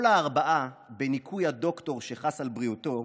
כל הארבעה, בניכוי הדוקטור שחס על בריאותו,